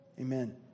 Amen